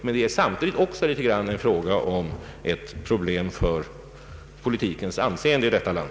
Samtidigt är det emellertid också i någon mån fråga om politikens anseende i detta land.